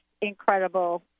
incredible